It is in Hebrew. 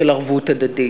של ערבות הדדית.